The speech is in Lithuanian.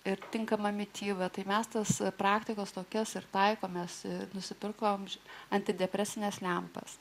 ir tinkama mityba tai mes tas praktikas tokias ir taikomės nusipirko už antidepresines lempas